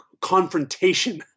confrontation